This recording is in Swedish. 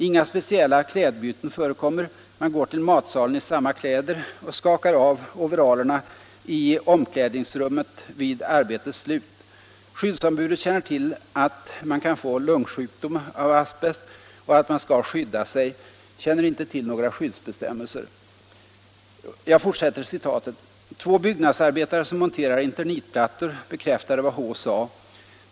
Inga spec klädbyten förekommer, man går till matsalen i samma kläder och skakar av overallerna i omklädningsrummen vid arbetets slut. Skyddsombudet känner till att man kan få lungsjukdom av asbest och att man ska skydda sig. Känner inte till några skyddsbestämmelser. Två byggnadsarbetare som monterar Internitplattor bekräftade vad H sade.